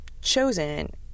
chosen